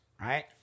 Right